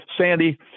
Sandy